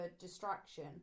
distraction